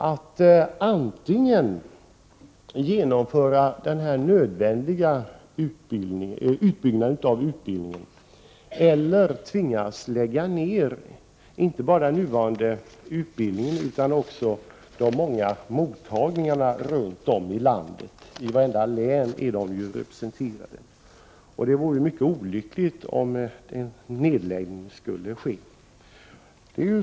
Antingen måste man genomföra den nödvändiga utbyggnaden av utbildningen eller också tvingas man lägga ned inte bara den nuvarande utbildningen utan också de många mottagningarna runt om i landet — stiftelsen är ju representerad i vartenda län. Det vore mycket olyckligt om en sådan nedläggning skulle ske.